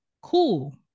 Cool